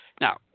now